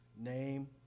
Name